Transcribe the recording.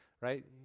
Right